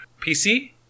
PC